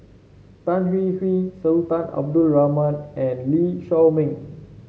Tan Hwee Hwee Sultan Abdul Rahman and Lee Shao Meng